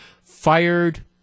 fired